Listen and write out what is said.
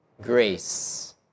Grace